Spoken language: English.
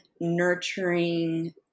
nurturing